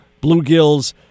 bluegills